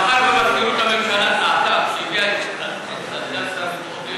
מאחר שמזכירות הממשלה טעתה כשהביאה את סגן שר הביטחון,